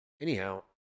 Anyhow